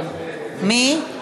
ג'מאל זחאלקה.